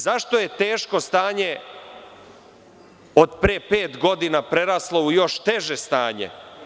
Zašto je teško stanje od pre pet godina preraslo u još teže stanje?